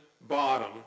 bottom